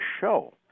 show